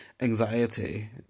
anxiety